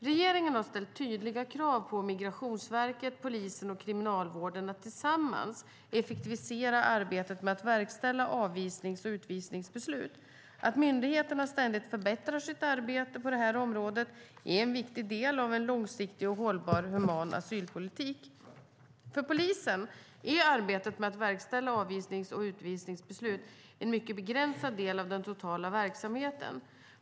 Regeringen har ställt tydliga krav på Migrationsverket, polisen och Kriminalvården att tillsammans effektivisera arbetet med att verkställa avvisnings och utvisningsbeslut. Att myndigheterna ständigt förbättrar sitt arbete på det här området är en viktig del av en långsiktig och hållbar human asylpolitik. För polisen är arbetet med att verkställa avvisnings och utvisningsbeslut en mycket begränsad del av den totala verksamheten.